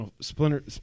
Splinter